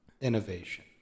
innovation